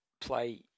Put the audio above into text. play